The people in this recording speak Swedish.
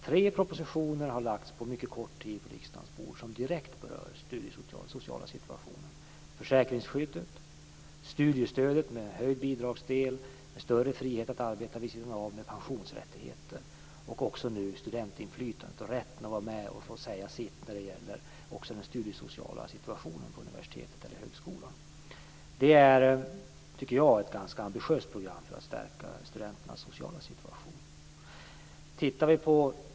Tre propositioner har lagts fram på riksdagens bord under mycket kort tid som direkt berör den studiesociala situationen. Det gäller försäkringsskyddet, studiestödet med höjd bidragsdel med större frihet att arbeta vid sidan av med pensionsrättigheter och nu också studentiflytandent. Det är rätten att få vara med och säga sitt också när det gäller den studiesociala situationen på universitetet eller högskolan. Det är ett ganska ambitiöst program för att stärka studenternas sociala situation.